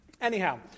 anyhow